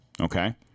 Okay